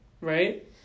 right